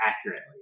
accurately